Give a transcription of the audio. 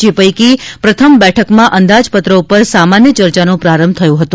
જે પૈકી પ્રથમ બેઠકમાં અંદાજ પત્ર પર સામાન્ય ચર્ચાનો પ્રારંભ થયો હતો